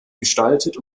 gestaltet